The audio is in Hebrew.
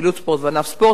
פעילות ספורט וענף ספורט.